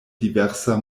diversa